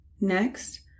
Next